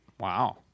Wow